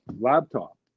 laptop